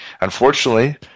Unfortunately